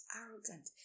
arrogant